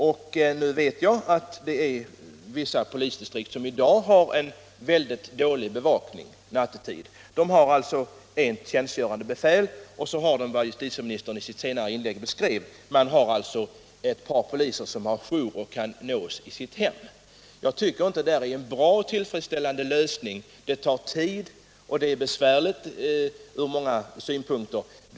Jag vet att vissa polisdistrikt i dag har en väldigt dålig bevakning nattetid med ett tjänstgörande befäl och — vilket justitieministern i sitt senare inlägg beskrev — ett par poliser som har jour och kan nås i sitt hem. Jag tycker inte att det är en tillfredsställande lösning. Det tar tid att få kontakt med polisen och är besvärligt från många synpunkter.